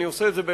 אני עושה את זה,